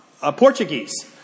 Portuguese